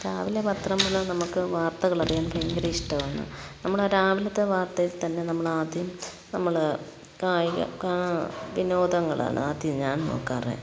രാവിലെ പത്രം വന്നാൽ നമുക്ക് വാർത്തകളറിയാൻ ഭയങ്കര ഇഷ്ടമാണ് നമ്മളാ രാവിലത്തെ വർത്തയിൽത്തന്നെ നമ്മളാദ്യം നമ്മൾ കായിക കാ വിനോദങ്ങളാണ് ആദ്യം ഞാൻ നോക്കാറ്